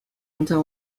into